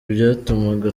byatumaga